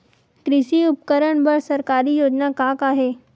कृषि उपकरण बर सरकारी योजना का का हे?